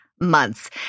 months